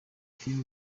filimi